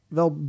wel